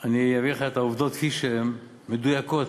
אביא לך את העובדות כפי שהן, מדויקות.